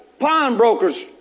pawnbrokers